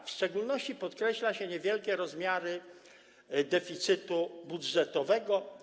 W szczególności podkreśla się niewielkie rozmiary deficytu budżetowego.